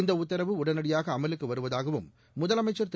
இந்த உடனடியாக அமலுக்கு வருவதாகவும் முதலமைச்சர் திரு